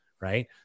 Right